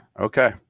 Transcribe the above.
Okay